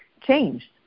changed